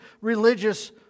religious